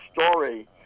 story